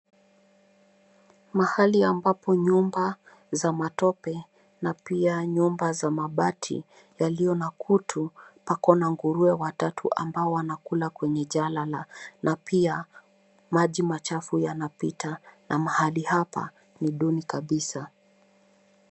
Mahali ambapo nyumba za matope na pia nyumba za mabati yaliyo na kutu pako na nguruwe watatu ambao wanakula kwenye jaala la na pia maji machafu yanapita na mahali hapa ni duni kabisa.